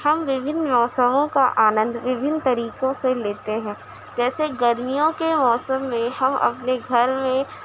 ہم وبھن موسموں کا آنند وبھن طریقوں سے لیتے ہیں جیسے گرمیوں کے موسم میں ہم اپنے گھر میں